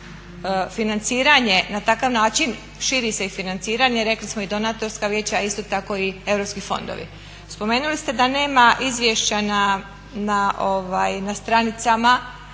financiranje, na takav način širi se i financiranje, rekli smo i donatorska vijeća, a isto tako i europski fondovi. Spomenuli ste da nema izvješća na stranicama,